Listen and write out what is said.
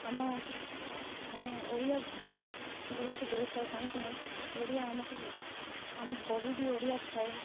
ଆମ ଆମେ ଓଡ଼ିଆ ବହୁତ ଗୁରୁତ୍ୱ ଦେଇଥାଉ କାହିଁକିନା ଓଡ଼ିଆ ଆମକୁ ଆମ ବହି ବି ଓଡ଼ିଆ ଥାଏ